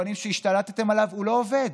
וטוענים שהשתלטתם עליו, הוא לא עובד.